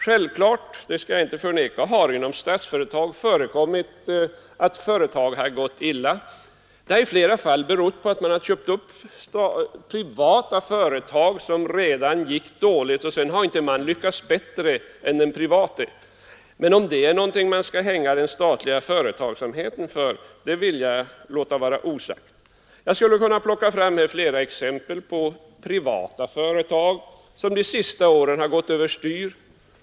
Självfallet — det skall jag inte förneka — har inom Statsföretag förekommit att företag gått illa. Det har i flera fall berott på att man har köpt upp privata företag som redan gick dåligt, och sedan har man inte lyckats bättre än den private ägaren. Men om det är någonting man skall hänga den statliga företagsamheten för vill jag låta vara osagt. Jag skulle kunna plocka fram flera exempel på privata företag som de senaste åren har gått över styr.